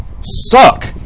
Suck